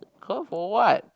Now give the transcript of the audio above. call for what